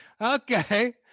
okay